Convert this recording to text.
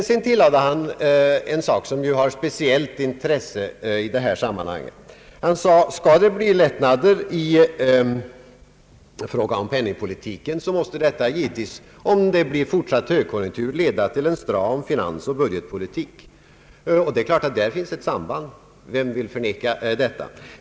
Sedan tillade herr Sträng en sak som ju har speciellt intresse i detta sammanhang. Han sade att skall det bli lättnader i fråga om penningpolitiken måste detta givetvis vid fortsatt högkonjunktur leda till en stram finansoch budgetpolitik. Där finns givetvis ett samband. Vem vill förneka detta.